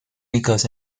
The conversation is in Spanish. ubicados